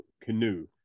Canoe